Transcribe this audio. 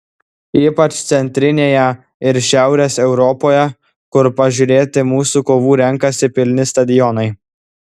ypač centrinėje ir šiaurės europoje kur pažiūrėti mūsų kovų renkasi pilni stadionai